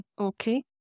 Okay